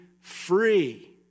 free